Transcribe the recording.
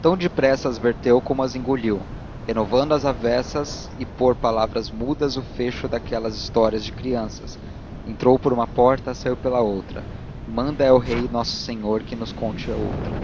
tão depressa as verteu como as engoliu renovando às avessas e por palavras mudas o fecho daquelas histórias de crianças entrou por uma porta saiu pela outra manda el-rei nosso senhor que nos conte outra